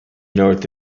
north